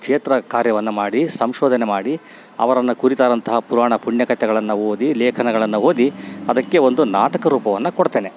ಕ್ಷೇತ್ರ ಕಾರ್ಯವನ್ನು ಮಾಡಿ ಸಂಶೋಧನೆ ಮಾಡಿ ಅವರನ್ನು ಕುರಿತಾದಂತಹ ಪುರಾಣ ಪುಣ್ಯ ಕತೆಗಳನ್ನು ಓದಿ ಲೇಖನಗಳನ್ನು ಓದಿ ಅದಕ್ಕೆ ಒಂದು ನಾಟಕ ರೂಪವನ್ನು ಕೊಡ್ತೇನೆ